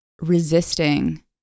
resisting